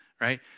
right